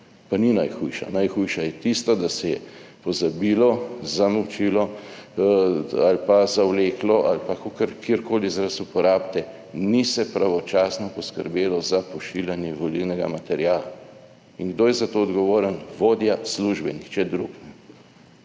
pa ni najhujša. Najhujša je tista, da se je pozabilo, zamolčilo ali pa zavleklo ali pa kakor kjerkoli izraz uporabite, ni se pravočasno poskrbelo za pošiljanje volilnega materiala. Kdo je za to odgovoren? Vodja službe, nihče drug.